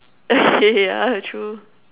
yeah true